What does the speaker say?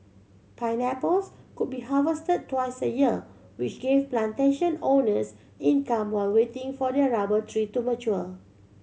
pineapples could be harvested twice a year which gave plantation owners income while waiting for their rubber trees to mature